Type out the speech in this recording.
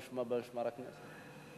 במשמר הכנסת.